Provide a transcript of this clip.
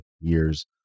years